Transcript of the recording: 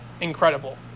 incredible